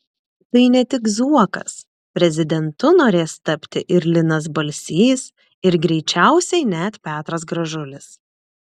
tai ne tik zuokas prezidentu norės tapti ir linas balsys ir greičiausiai net petras gražulis